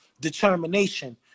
determination